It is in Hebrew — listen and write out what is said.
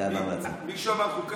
זה, מישהו אמר חוקה?